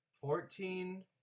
fourteen